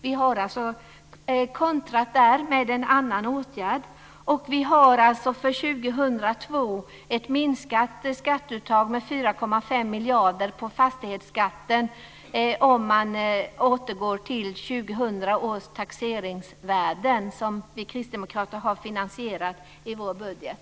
Vi har alltså kontrat med en annan åtgärd. Vi har för 2002 ett minskat skatteuttag med 4,5 miljarder på fastighetsskatten om man återgår till 2000 års taxeringsvärden, vilket vi kristdemokrater har finansierat i vår budget.